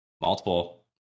Multiple